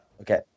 Okay